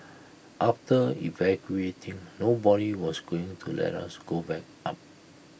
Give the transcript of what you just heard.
after evacuating nobody was going to let us go back up